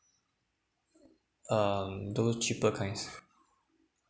um those cheaper kinds